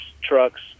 trucks